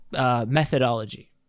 methodology